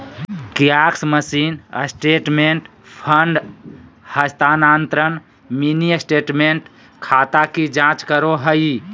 kiosk machine statement, fund हस्तानान्तरण, mini statement, खाता की जांच करो हइ